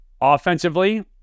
offensively